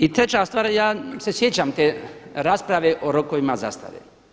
I treća stvar, ja se sjećam te rasprave o rokovima zastare.